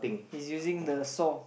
he's using the saw